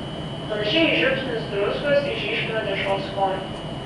panašiai žiupsnis druskos išryškina dešros skonį